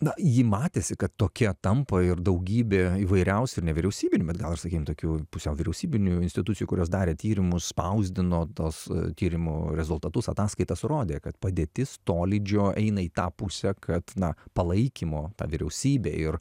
na ji matėsi kad tokia tampa ir daugybė įvairiausių nevyriausybinių bet gal ir sakykim tokių pusiau vyriausybinių institucijų kurios darė tyrimus spausdino tuos tyrimų rezultatus ataskaitas rodė kad padėtis tolydžio eina į tą pusę kad na palaikymo ta vyriausybė ir